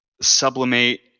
sublimate